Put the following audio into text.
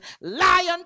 lion